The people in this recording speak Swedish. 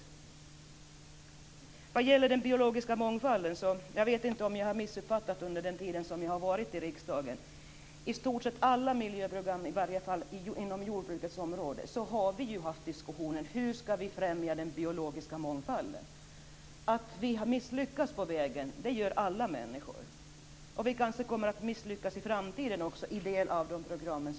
Sedan var det den biologiska mångfalden. Jag vet inte om jag under min tid i riksdagen har missuppfattat något. Men inom i stort sett alla miljöprogram inom jordbruksområdet har vi haft diskussioner om hur den biologiska mångfalden skall främjas. Alla människor misslyckas på vägen. Vi kanske kommer att misslyckas i en del av programmen i framtiden.